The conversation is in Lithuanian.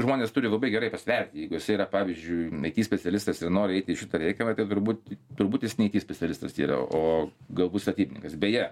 žmonės turi labai gerai pasverti jeigu jisai yra pavyzdžiui it specialistas ir nori eit į šitą reikalą kaip turbūt turbūt jis ne it specialistas yra o gabus statybininkas beje